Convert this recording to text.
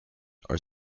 are